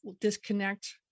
disconnect